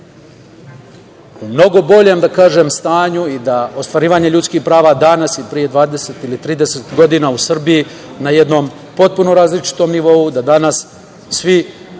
u mnogo boljem, da kažem, stanju i da ostvarivanje ljudskih prava danas i pre 20 ili 30 godina u Srbiji na jednom potpuno različitom nivou, da danas svi